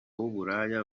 w’uburaya